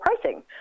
pricing